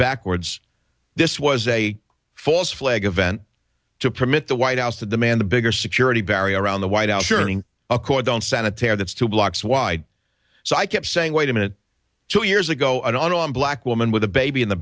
backwards this was a false flag event to permit the white house to demand a bigger security barrier around the white house during a court don't sanitaire that's two blocks wide so i kept saying wait a minute two years ago and on black woman with a baby in the